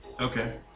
Okay